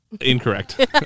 Incorrect